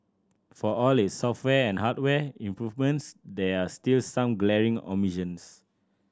for all its software and hardware improvements there are still some glaring omissions